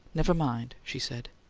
never mind, she said.